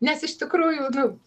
nes iš tikrųjų nu